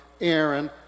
Aaron